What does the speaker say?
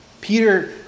Peter